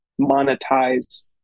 monetize